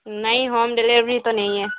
نہیں home delivery تو نہیں ہے